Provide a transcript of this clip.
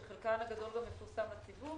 שחלקן הגדול גם מפורסם לציבור